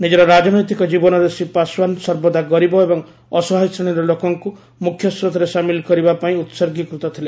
ନିଜର ରାଜନୈତିକ ଜୀବନରେ ଶ୍ରୀ ପାଶ୍ୱାନ ସର୍ବଦା ଗରିବ ଏବଂ ଅସହାୟ ଶ୍ରେଣୀର ଲୋକଙ୍କୁ ମୁଖ୍ୟସ୍ରୋତରେ ସାମିଲ କରିବା ପାଇଁ ଉତ୍ଗୀକୃତ ଥିଲେ